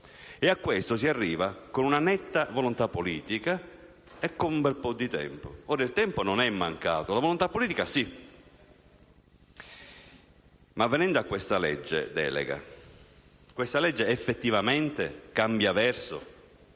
e a questo si arriva con una netta volontà politica e con un bel po' di tempo. Il tempo non è mancato, la volontà politica sì. Ma venendo a questa legge delega: questa legge effettivamente cambia verso?